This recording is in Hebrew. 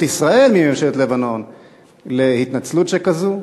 ישראל מממשלת לבנון להתנצלות שכזו?